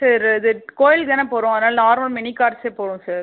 sir இது கோயிலுக்கு தானே போகறோம் அதனால் நார்மல் மினி கார்ஸே போதும் சார்